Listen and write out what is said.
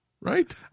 Right